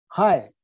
Hi